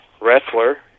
wrestler